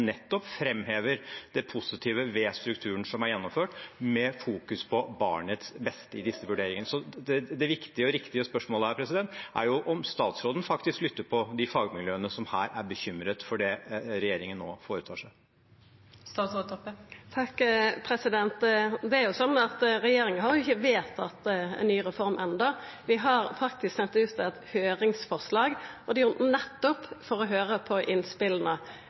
nettopp framhever det positive med strukturen som er gjennomført, som fokuserer på barnets beste i disse vurderingene. Så det viktige og riktige spørsmålet her er om statsråden faktisk lytter til de fagmiljøene som her er bekymret for det regjeringen nå foretar seg. Regjeringa har jo ikkje vedtatt ei ny reform enno. Vi har faktisk sendt ut eit høyringsforslag, og det er nettopp for å høyra på